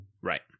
Right